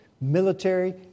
Military